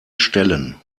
stellen